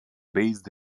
based